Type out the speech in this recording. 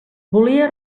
volia